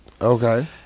Okay